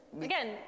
Again